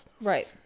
Right